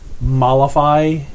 mollify